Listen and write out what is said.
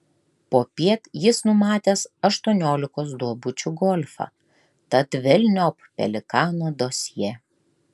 popiet jis numatęs aštuoniolikos duobučių golfą tad velniop pelikano dosjė